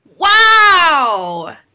Wow